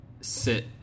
sit